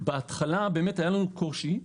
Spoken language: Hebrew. בהתחלה באמת היה לנו קושי,